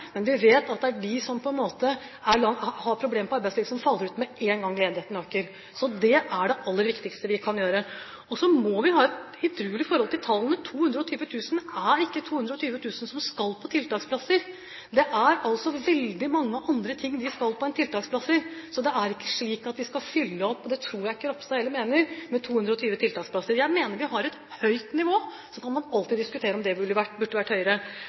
de som har problemer i arbeidslivet, som faller ut med en gang ledigheten øker, så dette er svært viktig. Så må vi ha et edruelig forhold til tallene. 220 000 betyr ikke at 220 000 skal på tiltaksplass. Det er veldig mye annet de skal på enn tiltaksplasser. Det er altså ikke slik at de skal fylle opp 220 000 tiltaksplasser – og det tror jeg heller ikke Ropstad mener. Jeg mener vi har et høyt nivå, og så kan man alltid diskutere om det burde vært høyere. Til det at det var en høyere